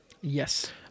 Yes